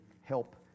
help